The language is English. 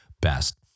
best